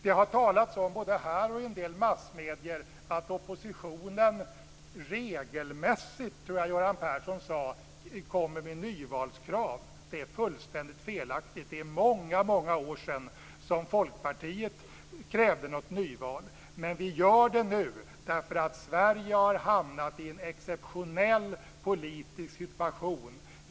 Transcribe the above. Det har, både här och i en del massmedier, talats om att oppositionen regelmässigt, tror jag att Göran Persson sade, kommer med nyvalskrav. Det är fullständigt felaktigt. Det är många många år sedan som Folkpartiet krävde något nyval. Men vi gör det nu därför att Sverige har hamnat i en exceptionell politisk situation.